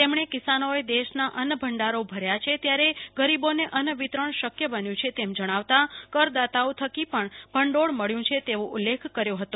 તેમણે કિસાનોએ દેશના અન્ન ભંડારો ભર્યા છે ત્યારે ગરીબો ને અન્ન વિતરણ શક્ય બન્યું છે તેમ જણાવતા કરદાતાઓ થાકી પણ ભંડીળ મળ્યું છે તેવો ઉલ્લેખ કર્યો હતો